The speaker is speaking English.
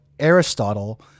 Aristotle